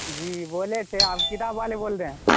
جی بولے تھے آپ کتاب والے بول رہے ہیں